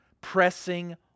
pressing